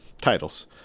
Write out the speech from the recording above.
Titles